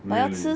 really